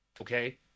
Okay